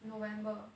november